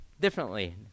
differently